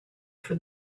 for